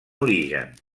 origen